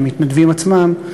של המתנדבים עצמם,